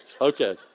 Okay